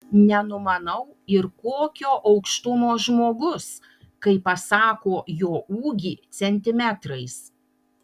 nenumanau ir kokio aukštumo žmogus kai pasako jo ūgį centimetrais